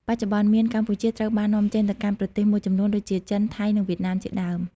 បច្ចុប្បន្ន មៀនកម្ពុជាត្រូវបាននាំចេញទៅកាន់ប្រទេសមួយចំនួនដូចជា ចិន ថៃ និង វៀតណាម ជាដើម។